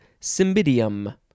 Cymbidium